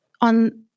on